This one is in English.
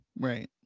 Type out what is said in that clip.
Right